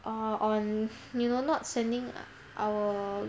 uh on you know not sending our